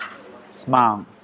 smile